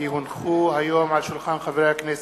כי הונחו היום על שולחן הכנסת,